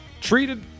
Treated